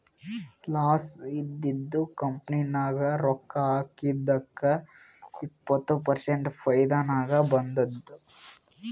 loss ಇದ್ದಿದು company ನಾಗ್ ರೊಕ್ಕಾ ಹಾಕಿದ್ದುಕ್ ಇಪ್ಪತ್ ಪರ್ಸೆಂಟ್ ಫೈದಾ ನಾಗ್ ಬಂದುದ್